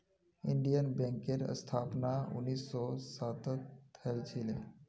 Indian बैंकेर स्थापना उन्नीस सौ सातत हल छिले